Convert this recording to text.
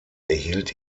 erhielt